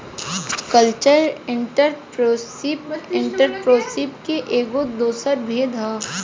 cultural entrepreneurship entrepreneurship के एगो दोसर भेद ह